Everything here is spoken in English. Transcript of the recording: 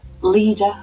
leader